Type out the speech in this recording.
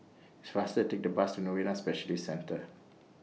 It's faster to Take The Bus to Novena Specialist Centre